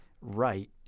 right